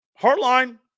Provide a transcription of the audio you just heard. Hardline